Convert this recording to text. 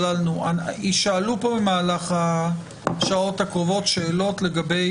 יישאלו פה במהלך השעות הקרובות שאלות לגבי